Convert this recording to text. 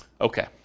Okay